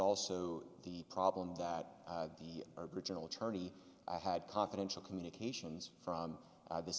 also the problem that the original attorney i had confidential communications from this